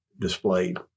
displayed